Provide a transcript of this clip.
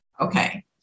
Okay